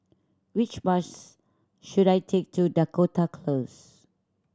which bus should I take to Dakota Close